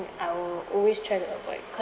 I will always try to avoid